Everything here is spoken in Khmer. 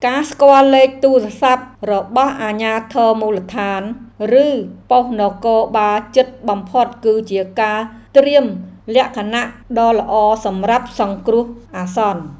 ការស្គាល់លេខទូរស័ព្ទរបស់អាជ្ញាធរមូលដ្ឋាន ឬប៉ុស្តិ៍នគរបាលជិតបំផុតគឺជាការត្រៀមលក្ខណៈដ៏ល្អសម្រាប់សង្គ្រោះអាសន្ន។